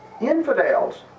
infidels